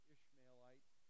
Ishmaelites